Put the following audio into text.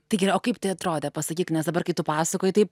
taigi gerai o kaip tai atrodė pasakyk nes dabar kai tu pasakoji taip